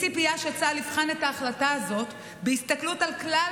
כולי ציפייה שצה"ל יבחן את ההחלטה הזאת בהסתכלות על כלל